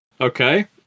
Okay